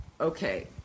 Okay